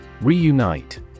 Reunite